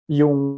yung